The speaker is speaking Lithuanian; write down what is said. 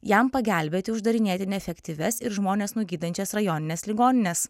jam pagelbėti uždarinėti neefektyvias ir žmones nugydančias rajonines ligonines